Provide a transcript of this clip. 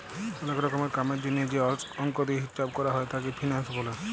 ওলেক রকমের কামের জনহে যে অল্ক দিয়া হিচ্চাব ক্যরা হ্যয় তাকে ফিন্যান্স ব্যলে